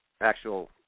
actual